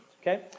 okay